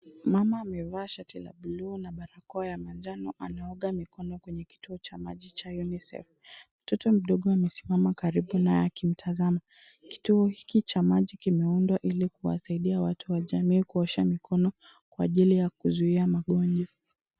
Mama amevaa shagi la blue na barakoa ya manjano anaoga mikono katika kituo cha maji cha Unicef . Mtoto mdogo amesimama akimatazama. Kituo hiki cha maji kimeundwa ili kuwasaidia watu wa jamii kuosha mikono kwa ajili ya kuzuia magonjwa.